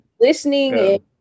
listening